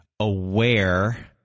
aware